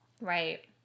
Right